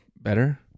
better